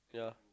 yeah